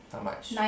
how much